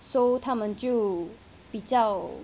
so 他们就比较